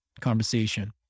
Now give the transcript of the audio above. conversation